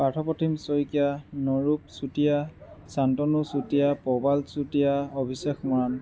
Partha Pratim Saikia Narup Chutia Santanu Chutia Prabal Chutia Abhishek Moran